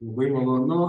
labai malonu